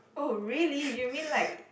oh really you mean like